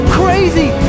crazy